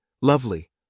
lovely